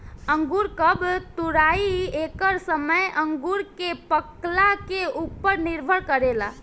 अंगूर कब तुराई एकर समय अंगूर के पाकला के उपर निर्भर करेला